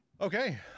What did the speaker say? okay